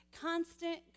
constant